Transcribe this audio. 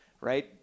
right